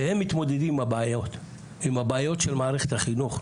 והם מתמודדים עם הבעיות של מערכת החינוך.